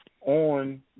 on